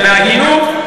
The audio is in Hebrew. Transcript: בהגינות.